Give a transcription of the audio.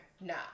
no